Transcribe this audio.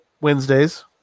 Wednesdays